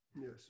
Yes